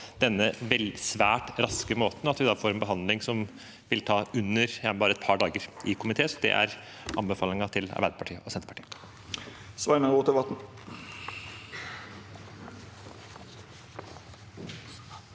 denne svært raske måten, og vi får da en behandling som vil ta bare et par dager i komité. Så det er anbefalingen fra Arbeiderpartiet og Senterpartiet.